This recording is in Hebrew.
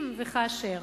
אם וכאשר